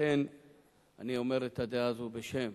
אני אומר את הדעה הזאת בשם